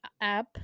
app